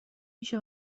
میشه